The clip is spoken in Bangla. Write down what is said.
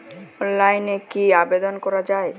অনলাইনে কি আবেদন করা য়ায়?